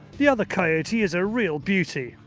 the other coyote is a real beauty.